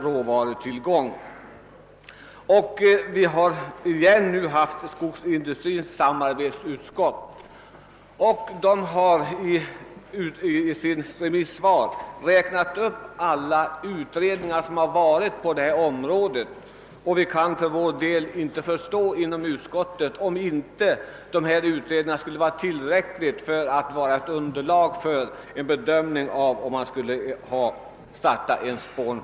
Vi har återigen fått ett yttrande från Skogsindustriernas samarbetsutskott, och man har där räknat upp alla de utredningar som gjorts på detta område. Vi kan inom utskottet inte förstå att dessa utredningar inte skulle vara tillräckliga som underlag för en bedömning av huruvida en spånplattefabrik skulle kunna startas.